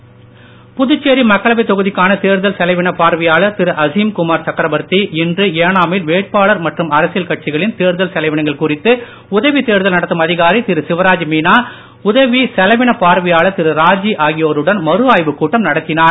ஏனாம் புதுச்சேரி மக்களவை தொகுதிக்கான தேர்தல் செலவின பார்வையாளர் திரு அசீம் குமார் சக்ரபர்த்தி இன்று ஏனாமில் வேட்பாளர் மற்றும் அரசியல் கட்சிகளின் தேர்தல் செலவினங்கள் குறித்து உதவி தேர்தல் நடத்தும் அதிகாரி திரு சிவராஜ் மீனா உதவி செலவினப் பார்வையாளர் திரு ராஜி ஆகியோருடன் மறு ஆய்வு கூட்டம் நடத்தினார்